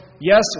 yes